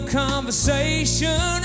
conversation